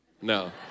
No